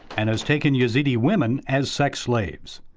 and has taken yazidi women as sex slaves.